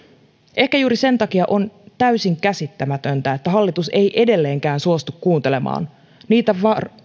ehkä juuri sen takia on täysin käsittämätöntä että hallitus ei edelleenkään suostu kuuntelemaan niitä